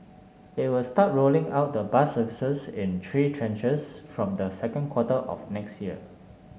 it will start rolling out the bus services in three tranches from the second quarter of next year